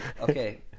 Okay